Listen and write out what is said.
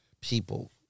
people